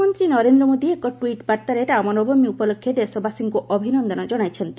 ପ୍ରଧାନମନ୍ତ୍ରୀ ନରେନ୍ଦ୍ର ମୋଦୀ ଏକ ଟ୍ୱିଟ୍ବାର୍ତ୍ତାରେ ରାମନବମୀ ଉପଲକ୍ଷେ ଦେଶବାସୀଙ୍କୁ ଅଭିନନ୍ଦନ ଜଣାଇଛନ୍ତି